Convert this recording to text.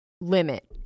Limit